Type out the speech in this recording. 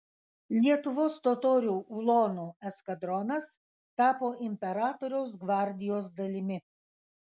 lietuvos totorių ulonų eskadronas tapo imperatoriaus gvardijos dalimi